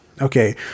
Okay